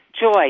joy